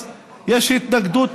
אז יש התנגדות